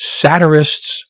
satirists